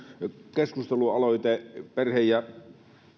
keskustelualoite